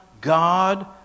God